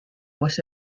was